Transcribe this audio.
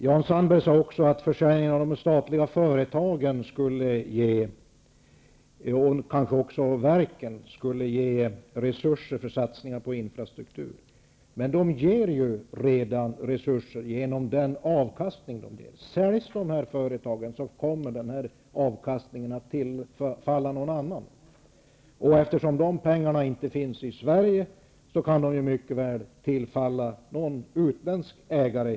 Jan Sandberg sade att försäljning av de statliga företagen, kanske också av verken, skulle ge resurser för satsningar på infrastruktur. Men de ger ju redan resurser genom den avkastning som de levererar in till statskassan. Säljs företagen, kommer avkastningen att tillfalla någon annan. Eftersom köparna kanske till stor del inte finns i Sverige, kan de pengarna i framtiden mycket väl tillfalla utländska ägare.